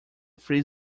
free